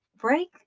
Break